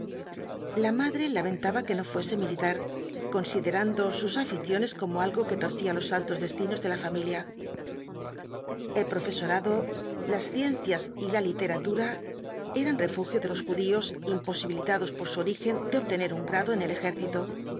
la madre lamentaba que los cuatro jinbtbs dkl apocalipsis no fuese militar considerando sus aficiones como algo que torcía los altos destinos de la familia el profesorado las ciencias y la literatura eran refugio de los judíos imposibilitados por su origen de obtener un grado en el ejército